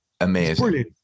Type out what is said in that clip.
amazing